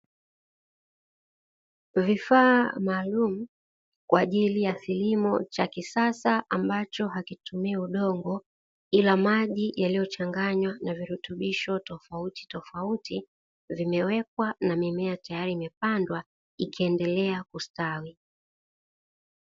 Vifaa maalumu kwa ajili ya kilimo cha kisasa ambacho hakitumii udongo ila maji yaliyochanganywa na virutubisho tofautitofauti, zimewekwa na mimea tayari imepandwa ikiendelea kustawi.